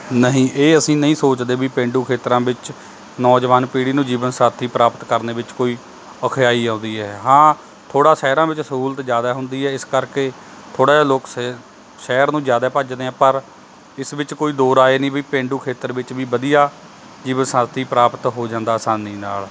ਨਹੀਂ ਇਹ ਅਸੀਂ ਨਹੀਂ ਸੋਚਦੇ ਵੀ ਪੇਂਡੂ ਖੇਤਰਾਂ ਵਿੱਚ ਨੌਜਵਾਨ ਪੀੜ੍ਹੀ ਨੂੰ ਜੀਵਨ ਸਾਥੀ ਪ੍ਰਾਪਤ ਕਰਨ ਵਿੱਚ ਕੋਈ ਔਖਿਆਈ ਆਉਂਦੀ ਹੈ ਹਾਂ ਥੋੜ੍ਹਾ ਸ਼ਹਿਰਾਂ ਵਿੱਚ ਸਹੂਲਤ ਜ਼ਿਆਦਾ ਹੁੰਦੀ ਹੈ ਇਸ ਕਰਕੇ ਥੋੜ੍ਹਾ ਜਿਹਾ ਲੋਕ ਸੈ ਸ਼ਹਿਰ ਨੂੰ ਜ਼ਿਆਦਾ ਭੱਜਦੇ ਆ ਪਰ ਇਸ ਵਿੱਚ ਕੋਈ ਦੋ ਰਾਏ ਨਹੀਂ ਵੀ ਪੇਂਡੂ ਖੇਤਰ ਵਿੱਚ ਵੀ ਵਧੀਆ ਜੀਵਨ ਸਾਥੀ ਪ੍ਰਾਪਤ ਹੋ ਜਾਂਦਾ ਆਸਾਨੀ ਨਾਲ